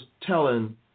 telling